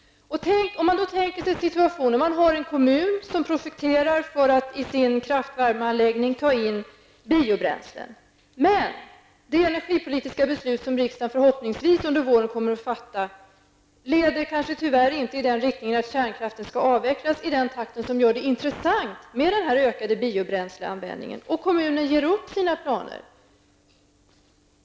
Man kan då tänka sig situationen att man har en kommun som projekterar för att i sin kraftvärmeanläggning ta in biobränslen. Men det energipolitiska beslut som riksdagen förhoppningsvis under våren kommer att fatta leder kanske inte i den riktningen att kärnkraften skall avvecklas i den takt som gör det intressant med den här ökade biobränsleanvändningen. Kommunen ger då kanske upp sina planer.